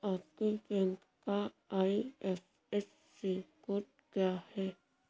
आपके बैंक का IFSC code क्या है?